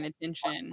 attention